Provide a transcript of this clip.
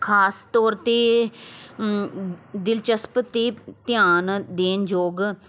ਖ਼ਾਸ ਤੌਰ 'ਤੇ ਦਿਲਚਸਪ ਅਤੇ ਧਿਆਨ ਦੇਣ ਯੋਗ